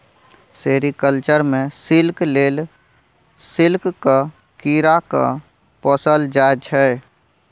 sericulture मे silk लेल सिल्कक कीरा केँ पोसल जाइ छै